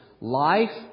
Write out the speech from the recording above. life